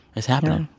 it's happening.